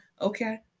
Okay